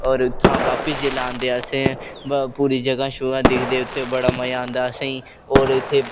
और उत्थां दा बापिस जेल्ले आंदे असें पूरी जगह शगह दिखदे अस बड़ा मजा आंदा असेंगी और इत्थै